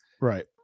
Right